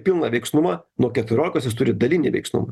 pilną veiksnumą nuo keturiolikos jis turi dalinį veiksnumą